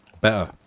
better